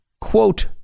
quote